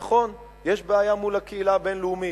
נכון, יש בעיה מול הקהילה הבין-לאומית.